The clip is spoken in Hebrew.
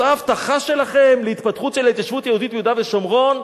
זו ההבטחה שלכם להתפתחות של ההתיישבות היהודית ביהודה ושומרון?